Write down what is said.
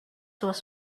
was